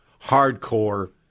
hardcore